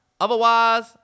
Otherwise